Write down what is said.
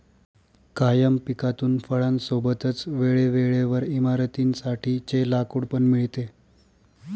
कायम पिकातून फळां सोबतच वेळे वेळेवर इमारतीं साठी चे लाकूड पण मिळते